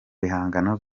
bihangano